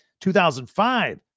2005